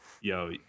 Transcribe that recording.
yo